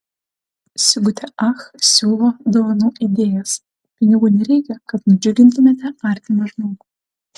sigutė ach siūlo dovanų idėjas pinigų nereikia kad nudžiugintumėte artimą žmogų